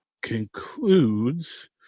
concludes